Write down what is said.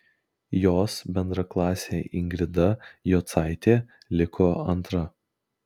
jos bendraklasė ingrida jocaitė liko antra